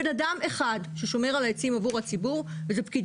זאת אומרת,